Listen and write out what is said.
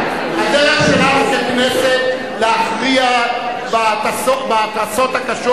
הדרך שלנו ככנסת להכריע בהתרסות הקשות